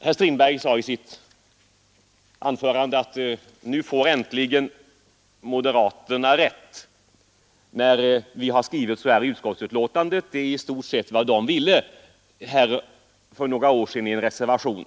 Herr Strindberg sade i sitt anförande att nu får äntligen moderaterna rätt; vad vi skrivit i utskottsbetänkandet är i stort sett vad de ville för några år sedan i en reservation.